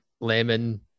lemon